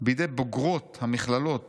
בידי בוגרות המכללות